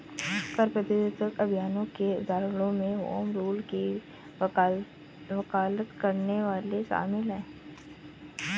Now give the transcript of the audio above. कर प्रतिरोध अभियानों के उदाहरणों में होम रूल की वकालत करने वाले शामिल हैं